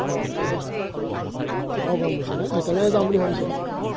তাকে বৰ গৰম বুজিছেনে সেইকাৰণেই যাম বুলি ভাবিছোঁ